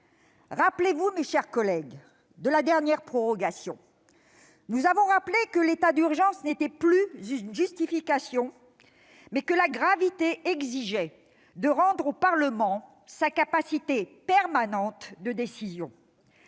Rappelez-vous, mes chers collègues, de la dernière prorogation : nous avons rappelé que l'état d'urgence n'était plus une justification et que la gravité de la situation exigeait de rendre au Parlement sa capacité permanente de décision.